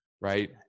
right